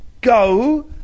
go